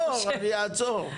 בסדר, אני אעצור, אני אעצור.